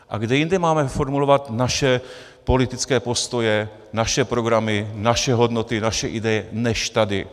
A kde jinde máme formulovat naše politické postoje, naše programy, naše hodnoty, naše ideje než tady.